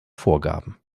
vorgaben